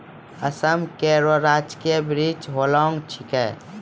असम केरो राजकीय वृक्ष होलांग छिकै